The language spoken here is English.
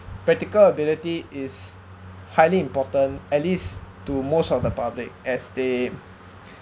practical ability is highly important at least to most of the public as they